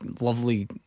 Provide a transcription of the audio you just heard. lovely